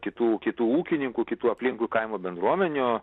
kitų kitų ūkininkų kitų aplinkui kaimo bendruomenių